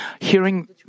Hearing